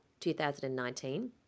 2019